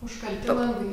užkalti langai